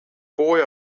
boy